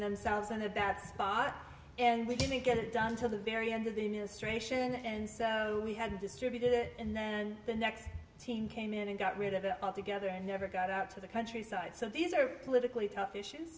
themselves into that spot and we didn't get it done to the very end of the ministration and so we had distributed it and then the next team came in and got rid of the altogether and never got out to the countryside so these are politically tough is